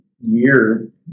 year